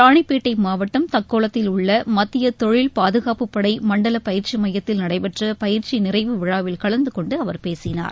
ராணிப்பேட்டை மாவட்டம் தக்கோலத்தில் உள்ள மத்திய தொழில் பாதுகாப்புப் படை மண்டல பயிற்சி மையத்தில் நடைபெற்ற பயிற்சி நிறைவு விழாவில் கலந்து கொண்டு அவர் பேசினார்